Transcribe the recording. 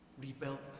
rebuilt